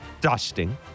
dusting